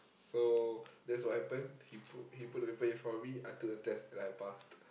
so that's what happened he put he put the paper in front of me I took the test and I passed